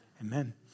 Amen